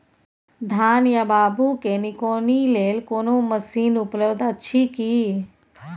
धान या बाबू के निकौनी लेल कोनो मसीन उपलब्ध अछि की?